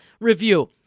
review